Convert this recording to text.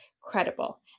credible